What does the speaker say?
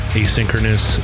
asynchronous